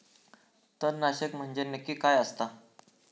तणनाशक म्हंजे नक्की काय असता?